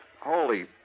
Holy